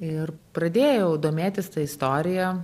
ir pradėjau domėtis ta istorija